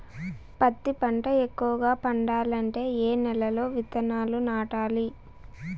పత్తి పంట ఎక్కువగా పండాలంటే ఏ నెల లో విత్తనాలు నాటాలి?